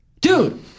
dude